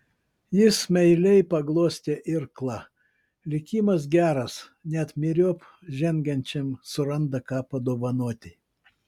jis meiliai paglostė irklą likimas geras net myriop žengiančiam suranda ką padovanoti